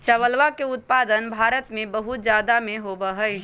चावलवा के उत्पादन भारत में बहुत जादा में होबा हई